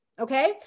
Okay